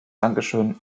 dankeschön